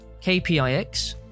KPIX